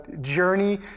journey